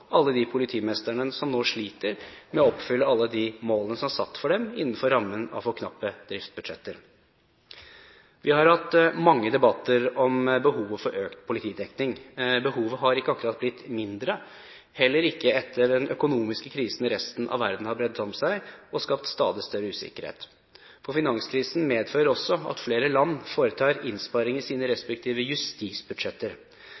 alle de politimestrene som nå sliter med å oppfylle alle de målene som er satt for dem innenfor rammen av for knappe driftsbudsjetter. Vi har hatt mange debatter om behovet for økt politidekning. Behovet har ikke akkurat blitt mindre, heller ikke etter at den økonomiske krisen i resten av verden har bredt seg og skapt stadig større usikkerhet. Finanskrisen medfører også at flere land foretar innsparinger i sine